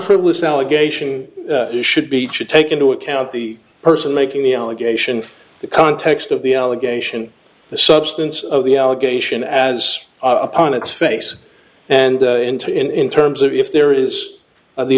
frivolous allegation should be should take into account the person making the allegation from the context of the allegation the substance of the allegation as upon its face and into in in terms of if there is the